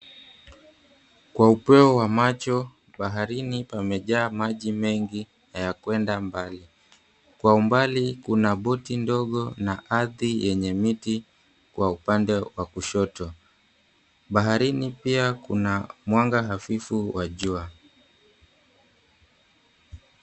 Kwa upeo wa macho baharini pamejaa maji mengi na ya kwenda mbali. Kwa umbali kuna boti ndogo na ardhi yenye miti kwa upande wa kushoto. Baharini pia kuna mwanga hafifu wa jua.